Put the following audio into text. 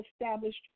established